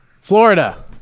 Florida